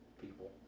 people